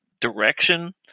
direction